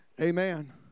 Amen